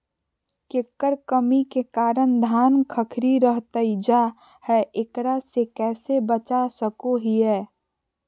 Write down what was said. केकर कमी के कारण धान खखड़ी रहतई जा है, एकरा से कैसे बचा सको हियय?